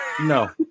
No